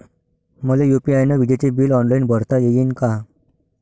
मले यू.पी.आय न विजेचे बिल ऑनलाईन भरता येईन का?